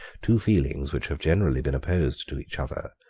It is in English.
two feelings which have generally been opposed to each other,